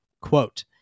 quote